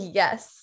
yes